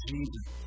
Jesus